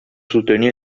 soutenir